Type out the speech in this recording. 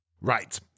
Right